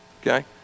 okay